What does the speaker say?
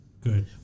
Good